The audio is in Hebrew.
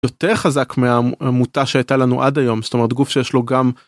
יותר חזק מהעמותה שהייתה לנו עד היום זאת אומרת גוף שיש לו גם.